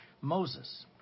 Moses